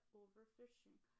overfishing